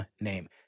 name